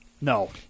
No